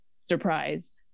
surprised